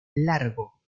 largo